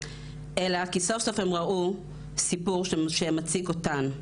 אלא כי סוף סוף הן ראו סיפור שמציג אותן.